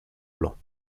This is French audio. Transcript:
blancs